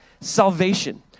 salvation